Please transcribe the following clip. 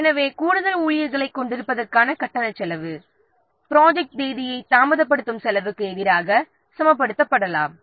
எனவே கூடுதல் ஊழியர்களைக் கொண்டிருப்பதற்கான கட்டணச் செலவு ப்ராஜெக்ட்த் தேதியை தாமதப்படுத்தும் செலவுக்கு எதிராக சமப்படுத்தப்படலாம்